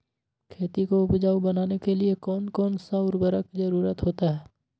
खेती को उपजाऊ बनाने के लिए कौन कौन सा उर्वरक जरुरत होता हैं?